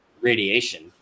radiation